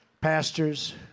pastors